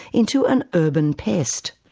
into an urban pest.